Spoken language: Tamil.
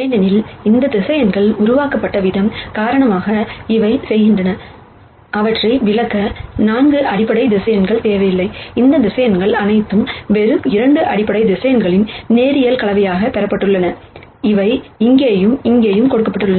ஏனெனில் இந்த வெக்டர்ஸ் உருவாக்கப்பட்ட விதம் காரணமாக அவை செய்கின்றன அவற்றை விளக்க 4 அடிப்படை வெக்டர்ஸ் தேவையில்லை இந்த வெக்டர்ஸ் அனைத்தும் வெறும் 2 அடிப்படை வெக்டர்ஸ் லீனியர் காம்பினேஷன் பெறப்பட்டுள்ளன அவை இங்கேயும் இங்கேயும் கொடுக்கப்பட்டுள்ளன